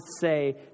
say